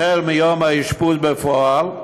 החל מיום האשפוז בפועל.